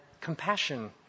compassion